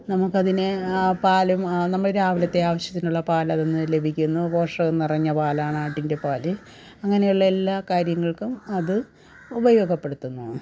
നമുക്ക് അതിനെ ആ പാലും നമ്മൾ രാവിലത്തെ ആവശ്യത്തിനുള്ള പാൽ അതിൽ നിന്ന് ലഭിക്കുന്നു പോഷകം നിറഞ്ഞ പാലാണ് ആട്ടിന്റെ പാൽ അങ്ങനെയുള്ള എല്ലാ കാര്യങ്ങൾക്കും അത് ഉപയോഗപ്പെടുത്തുന്നതാണ്